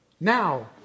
Now